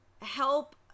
help